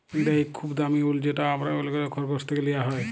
ইঙ্গরা ইক খুব দামি উল যেট অল্যরা খরগোশ থ্যাকে লিয়া হ্যয়